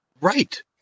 Right